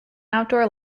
outdoor